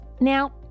Now